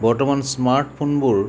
বৰ্তমান স্মাৰ্টফোনবোৰ